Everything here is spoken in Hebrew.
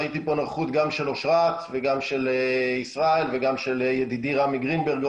ראיתי פה נוכחות גם של אושרת וגם של ישראל וגם של ידידי רמי גרינברג,